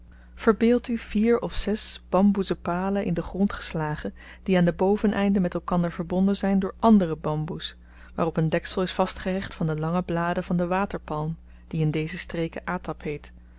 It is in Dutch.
verbeeld u vier of zes bamboezen palen in den grond geslagen die aan de boveneinden met elkander verbonden zyn door andere bamboes waarop een deksel is vastgehecht van de lange bladen van den waterpalm die in deze streken atap heet